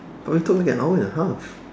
but we took like an hour and a half